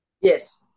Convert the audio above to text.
Yes